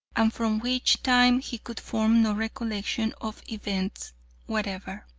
and from which time he could form no recollection of events whatever.